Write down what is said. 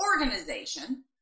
organization